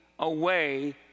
Away